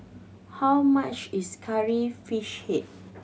how much is Curry Fish Head